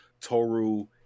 Toru